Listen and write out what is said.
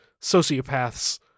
sociopaths